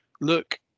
look